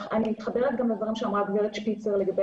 אני מתחברת גם לדברים שאמרה הגברת שפיצר לגבי